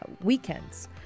weekends